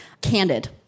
candid